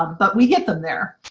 um but we get them there.